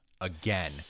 again